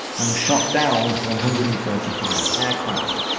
and shot down one hundred and forty five aircraft.